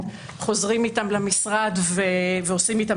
ועושים איתם עבודה.